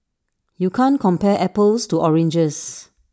you can't compare apples to oranges